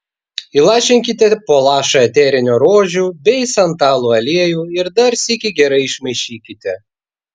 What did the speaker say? įlašinkite po lašą eterinio rožių bei santalų aliejų ir dar sykį gerai išmaišykite